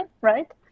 right